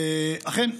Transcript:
אכן,